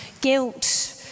guilt